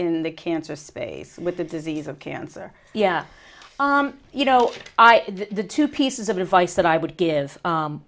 in the cancer space with the disease of cancer yeah you know the two pieces of advice that i would give